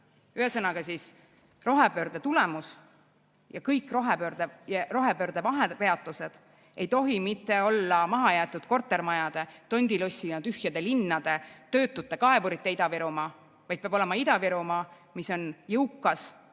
Ühesõnaga, rohepöörde tulemus ja kõik rohepöörde vahepeatused ei tohi mitte olla mahajäetud kortermajade, tondilossina tühjade linnade, töötute kaevurite Ida-Virumaa, vaid peab olema Ida-Virumaa, mis on jõukas,